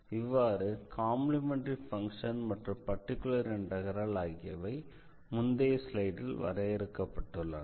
இவ்வாறு complementary function மற்றும் particular integral ஆகியவை முந்தைய ஸ்லைடில் வரையறுக்கப்பட்டுள்ளன